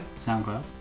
SoundCloud